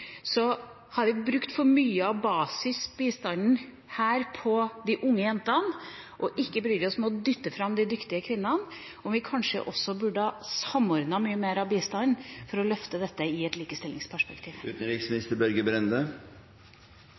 vi brukt for mye av basisbistanden på de unge jentene og ikke brydd oss med å dytte fram de dyktige kvinnene? Burde vi kanskje også ha samordnet mye mer av bistanden for å løfte dette i et likestillingsperspektiv?